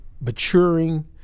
maturing